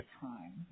time